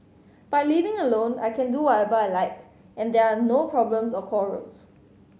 by living alone I can do whatever I like and there are no problems or quarrels